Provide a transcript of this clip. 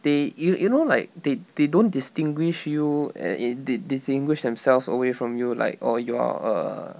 they you you know like they they don't distinguish you and it di~ distinguish themselves away from you like oh you are err